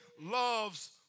loves